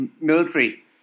military